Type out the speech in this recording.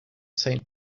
saint